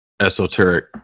esoteric